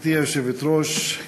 גברתי היושבת-ראש,